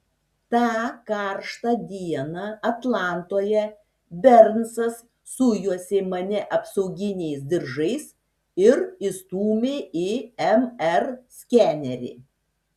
tą karštą dieną atlantoje bernsas sujuosė mane apsauginiais diržais ir įstūmė į mr skenerį